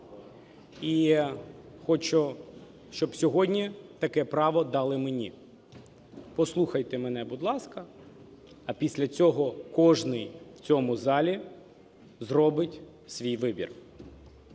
і хочу, щоб сьогодні таке право дали мені. Послухайте мене, будь ласка, а після цього кожний в цьому залі зробить свій вибір.